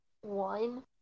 one